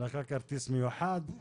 יש לך כרטיס מיוחד?